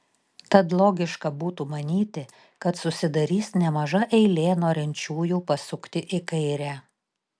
tad logiška būtų manyti kad susidarys nemaža eilė norinčiųjų pasukti į kairę